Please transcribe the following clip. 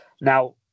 Now